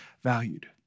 valued